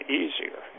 easier